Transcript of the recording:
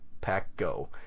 Pack-Go